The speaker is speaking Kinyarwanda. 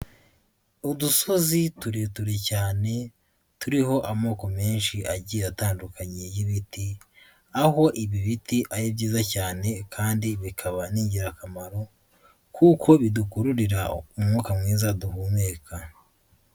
Udusozi turerure cyane turiho amoko menshi agiye atandukanye y'ibiti, aho ibi biti ari byiza cyane kandi bikaba n'ingirakamaro kuko bidukururira umwuka mwiza duhumeka.